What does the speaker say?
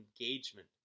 engagement